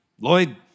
Lloyd